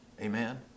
Amen